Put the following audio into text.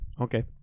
Okay